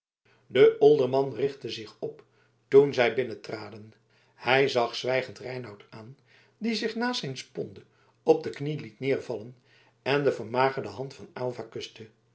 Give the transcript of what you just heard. de olderman richtte zich op toen zij binnentraden hij zag zwijgend reinout aan die zich naast zijn sponde op de knie liet neervallen en de vermagerde hand van aylva